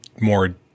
more